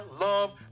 love